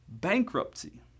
bankruptcy